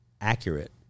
accurate